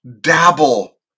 dabble